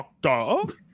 Doctor